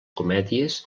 comèdies